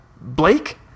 Blake